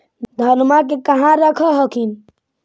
धनमा के कहा रख हखिन?